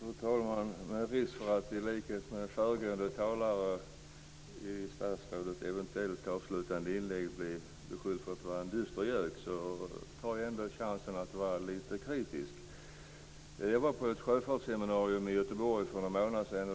Fru talman! Med risk för att i likhet med föregående talare i statsrådets eventuella avslutande inlägg bli beskylld för att vara en dystergök, tar jag chansen att vara lite kritisk. Jag var på ett sjöfartsseminarium i Göteborg för någon månad sedan.